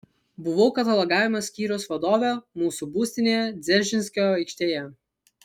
buvau katalogavimo skyriaus vadovė mūsų būstinėje dzeržinskio aikštėje